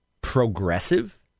progressive